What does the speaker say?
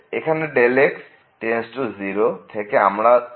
এইখানে x→0 থেকে আমরা পাব 2